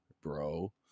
bro